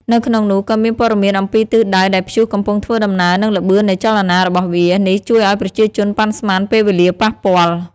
នៅក្នុងនោះក៏មានព័ត៌មានអំពីទិសដៅដែលព្យុះកំពុងធ្វើដំណើរ និងល្បឿននៃចលនារបស់វា នេះជួយឱ្យប្រជាជនប៉ាន់ស្មានពេលវេលាប៉ះពាល់។